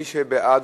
מי שבעד,